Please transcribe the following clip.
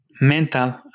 mental